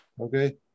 okay